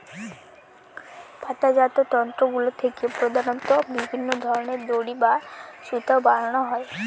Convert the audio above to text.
পাতাজাত তন্তুগুলা থেকে প্রধানত বিভিন্ন ধরনের দড়ি বা সুতা বানানো হয়